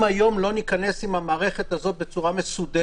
אם לא ניכנס עם המערכת הזאת היום בצורה מסודרת,